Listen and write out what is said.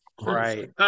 right